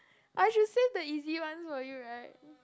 I should save the easy one for you right